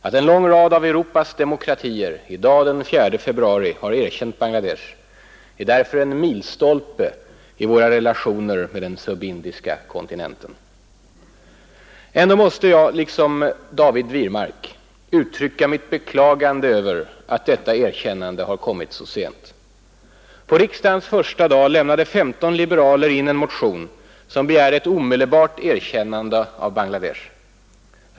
Att en lång rad av Europas demokratier i dag den 4 februari har erkänt Bangladesh är därför en milstolpe i våra relationer med den subindiska kontinenten. Ändå måste jag, liksom David Wirmark, uttrycka mitt beklagande över att detta erkännande har kommit så sent. På riksdagens första dag lämnade 15 liberaler in en motion, i vilken begärdes ett omedelbart erkännande av Bangladesh.